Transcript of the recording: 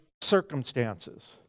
circumstances